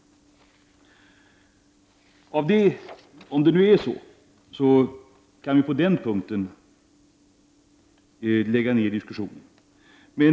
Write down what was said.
Om det förhåller sig så, kan vi lägga ner diskussionen på den punkten.